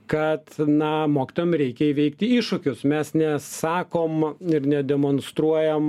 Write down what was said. kad na mokytojam reikia įveikti iššūkius mes nesakom ir nedemonstruojam